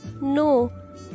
No